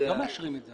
לא מאשרים את זה.